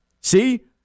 See